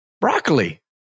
broccoli